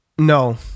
No